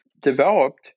developed